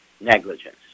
negligence